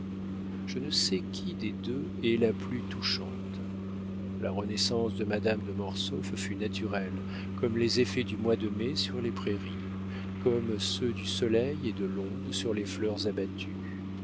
je ne sais qui des deux est la plus touchante la renaissance de madame de mortsauf fut naturelle comme les effets du mois de mai sur les prairies comme ceux du soleil et de l'onde sur les fleurs abattues